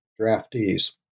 draftees